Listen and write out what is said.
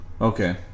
okay